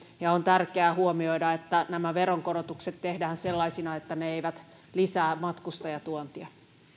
on tärkeää huomioida että nämä veronkorotukset tehdään sellaisina että ne eivät lisää matkustajatuontia